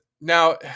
now